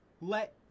let